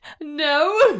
No